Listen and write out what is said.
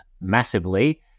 massively